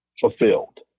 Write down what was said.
fulfilled